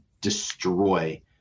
destroy